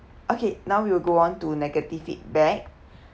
okay now we will go on to negative feedback